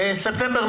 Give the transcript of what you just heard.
ספטמבר,